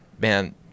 man